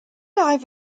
i’ve